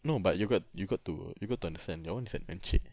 no but you got you got to you got to understand your one is an encik